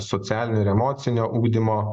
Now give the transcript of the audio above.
socialinio ir emocinio ugdymo